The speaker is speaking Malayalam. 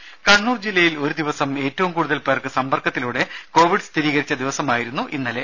രുഭ കണ്ണൂർ ജില്ലയിൽ ഒരു ദിവസം ഏറ്റവും കൂടുതൽ പേർക്ക് സമ്പർക്കത്തിലൂടെ കോവിഡ് സ്ഥിരീകരിച്ച ദിവസമായിരുന്നു ഇന്നലെ